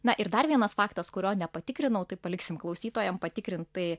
na ir dar vienas faktas kurio nepatikrinau tai paliksim klausytojam patikrint tai